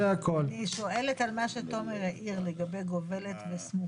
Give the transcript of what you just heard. אני שואלת על מה שתומר העיר לגבי "גובלת" ו"סמוכה".